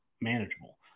manageable